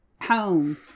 home